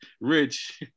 Rich